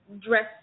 dress